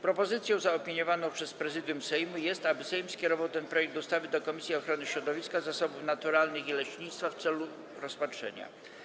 Propozycją zaopiniowaną przez Prezydium Sejmu jest, aby Sejm skierował ten projekt ustawy do Komisji Ochrony Środowiska, Zasobów Naturalnych i Leśnictwa w celu rozpatrzenia.